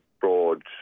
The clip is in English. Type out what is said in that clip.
broad